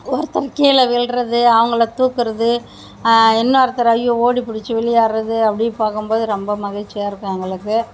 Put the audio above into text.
ஒருத்தன் கீழே விழுறது அவங்கள தூக்குறது இன்னொருத்தர் ஐயோ ஓடி புடிச்சு விளையாடுறது அப்படி பார்க்கும்போது ரொம்ப மகிழ்ச்சியாக இருக்கும் அவங்களுக்கு